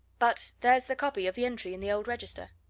but there's the copy of the entry in the old register.